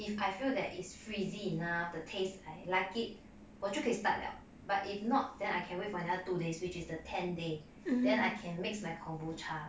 if I feel that is frizzy enough the taste I like it 我就可以 start liao but if not then I can wait for another two days which is the ten day then I can mix my kombucha